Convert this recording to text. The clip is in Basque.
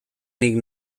nik